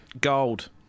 Gold